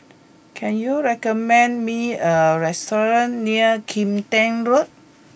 can you recommend me a restaurant near Kim Tian Road